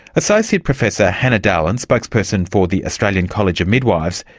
associate professor hannah dahlen, spokesperson for the australian college of midwives,